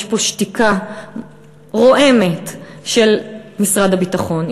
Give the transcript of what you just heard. יש פה שתיקה רועמת של משרד הביטחון,